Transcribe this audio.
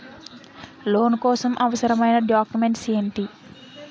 Loan కోసం అవసరమైన documents ఎంటి?